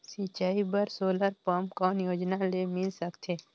सिंचाई बर solar pump कौन योजना ले मिल सकथे?